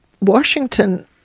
Washington